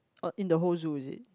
oh in the whole zoo is it